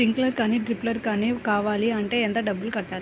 Sprinkler కానీ డ్రిప్లు కాని కావాలి అంటే ఎంత డబ్బులు కట్టాలి?